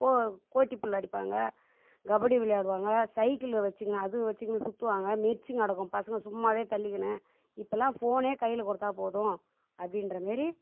கோ கோட்டிபுல் அடிப்பாங்க கபடி விளையாடுவாங்க சைக்கிள் வச்சுக்கின்னு அது வச்சுக்கின்னு சுற்றுவாங்க மிரிச்சி நடக்கும் பசங்க சும்மாவே தள்ளிக்கின்னு இப்போல்லாம் ஃபோனே கையில் கொடுத்தா போதும் அப்படின்ற மாரி